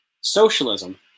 Socialism